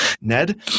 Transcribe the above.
Ned